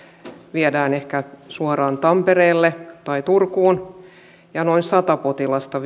viedään ehkä suoraan tampereelle tai turkuun ja seinäjoelle viedään noin sata potilasta